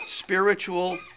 Spiritual